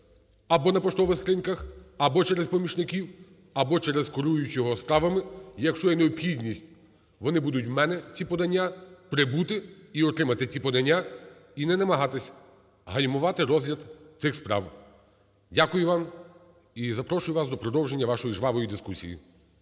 або на поштових скриньках, або через помічників, або через керуючого справами, якщо є необхідність, вони будуть у мене, ці подання, прибути і отримати ці подання і не намагатись гальмувати розгляд цих справ. Дякую вам. І запрошую вас до продовження вашої жвавої дискусії.